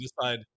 decide